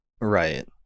right